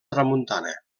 tramuntana